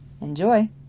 Enjoy